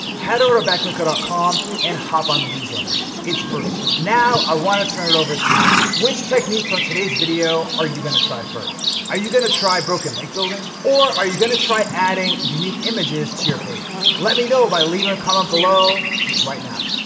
head over to backlinko dot com and hop on the newsletter. it's free. now i wanna turn it over to you. which technique from today's video are you gonna try first? are you gonna try broken link building? or are you gonna try adding unique images to your page? let me know by leaving a comment below right now.